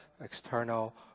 external